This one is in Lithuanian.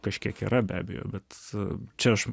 kažkiek yra be abejo bet čia aš